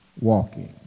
walking